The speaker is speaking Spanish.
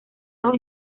los